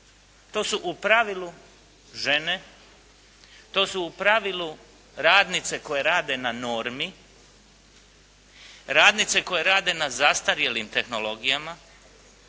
To su u pravilu žene, to su u pravilu radnice koje rade na normi, radnice koje rade na zastarjelim tehnologijama,